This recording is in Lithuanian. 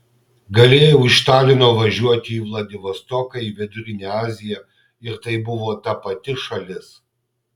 galėjau iš talino važiuoti į vladivostoką į vidurinę aziją ir tai buvo ta pati šalis